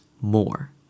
more